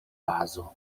bazo